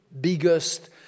biggest